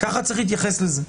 וככה צריך להתייחס לזה.